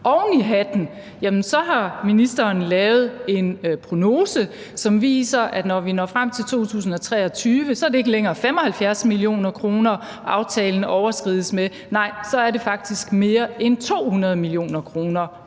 Oven i hatten har ministeren lavet en prognose, som viser, at når vi når frem til 2023, er det ikke længere 75 mio. kr., aftalen overskrides med, nej, så er det faktisk mere end 200 mio. kr.,